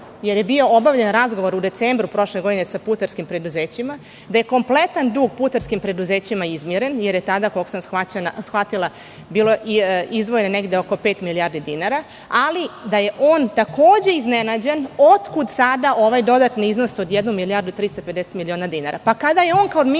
jer je bio obavljen razgovor u decembru prošle godine sa putarskim preduzećima, da je kompletan dug putarskim preduzećima izmiren, jer je tada, koliko shvatila bilo izdvojeno negde oko pet milijardi dinara, ali da je on takođe iznenađen otkud sada ovaj dodatni iznos od jedne milijardi i 350 miliona dinara. Kada je on kao ministar